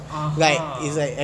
(uh huh)